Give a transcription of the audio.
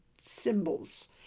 symbols